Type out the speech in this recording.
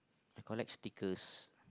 collect stickers